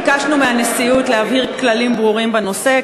ביקשנו מהנשיאות להבהיר כללים ברורים בנושא,